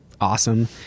awesome